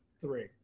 three